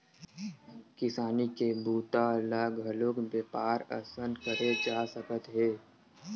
किसानी के बूता ल घलोक बेपार असन करे जा सकत हे